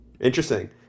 Interesting